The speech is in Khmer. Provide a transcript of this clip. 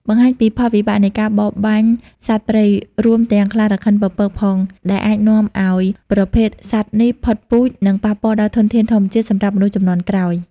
បង្ហាញពីផលវិបាកនៃការបរបាញ់សត្វព្រៃ រួមទាំងខ្លារខិនពពកផង ដែលអាចនាំឲ្យប្រភេទសត្វនេះផុតពូជ និងប៉ះពាល់ដល់ធនធានធម្មជាតិសម្រាប់មនុស្សជំនាន់ក្រោយ។